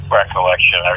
recollection